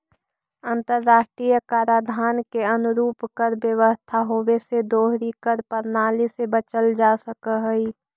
अंतर्राष्ट्रीय कराधान के अनुरूप कर व्यवस्था होवे से दोहरी कर प्रणाली से बचल जा सकऽ हई